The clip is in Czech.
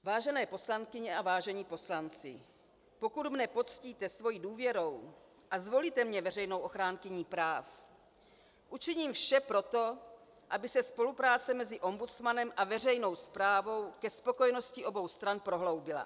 Vážené poslankyně a vážení poslanci, pokud mě poctíte svou důvěrou a zvolíte mě veřejnou ochránkyní práv, učiním vše pro to, aby se spolupráce mezi ombudsmanem a veřejnou správou ke spokojenosti obou stran prohloubila.